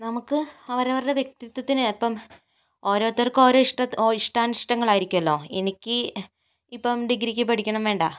നമുക്ക് അവരവരുടെ വ്യക്തിത്വത്തിന് ഇപ്പോൾ ഓരോരുത്തർക്ക് ഓരോ ഇഷ്ടാനിഷ്ടങ്ങൾ ആയിരിക്കുമല്ലോ എനിക്ക് ഇപ്പോൾ ഡിഗ്രിക്ക് പഠിക്കണം വേണ്ട